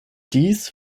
dies